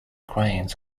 cranes